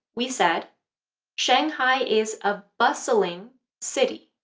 we said shanghai is a bustling city.